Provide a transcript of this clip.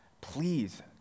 please